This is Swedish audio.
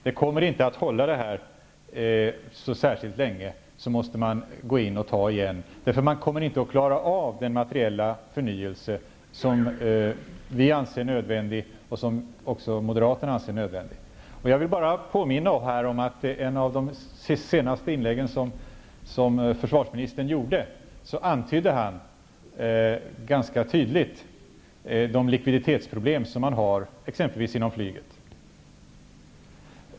Det kommer inte att hålla särskilt länge, innan man måste ta mer. Man kommer inte att klara av den materiella förnyelse som både vi och Moderaterna anser är nödvändig. Jag vill bara påminna om att försvarsministern i ett av de senaste inläggen ganska tydligt antydde de likviditetsproblem som man har exempelvis inom flyget.